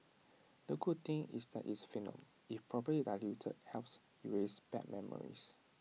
the good thing is that it's venom if properly diluted helps erase bad memories